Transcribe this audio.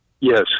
Yes